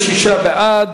26 בעד,